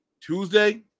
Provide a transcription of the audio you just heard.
Tuesday